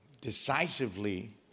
decisively